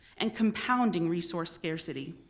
and compounding resource scarcity.